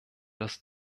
das